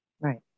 Right